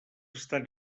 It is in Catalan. estan